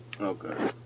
Okay